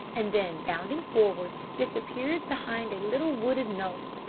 and then bounding forward, disappeared behind a little wooded knoll.